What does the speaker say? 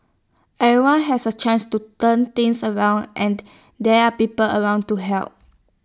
everyone has A chance to turn things around and there are people around to help